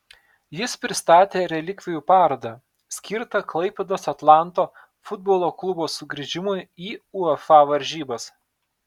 jis pristatė relikvijų parodą skirtą klaipėdos atlanto futbolo klubo sugrįžimui į uefa varžybas